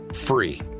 free